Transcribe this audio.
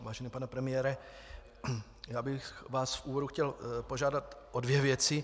Vážený pane premiére, já bych vás v úvodu chtěl požádat o dvě věci.